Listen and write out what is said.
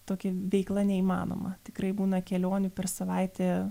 tokia veikla neįmanoma tikrai būna kelionių per savaitę